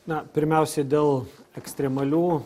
na pirmiausiai dėl ekstremalių